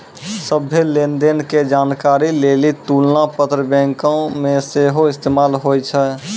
सभ्भे लेन देन के जानकारी लेली तुलना पत्र बैंको मे सेहो इस्तेमाल होय छै